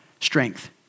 strength